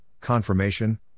confirmation